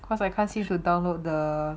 cause I can't seem to download the